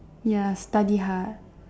ya study hard